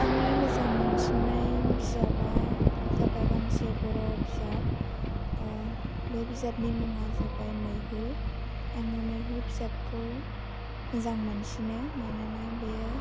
आंनि मोजां मोनसिन्नाय बिजाबा जाबाय गांसे बर' बिजाब बे बिजाबनि मुङा जाबाय मैहुर आङो मैहुर बिजाबखौ मोजां मोनसिनो मानोना बेयो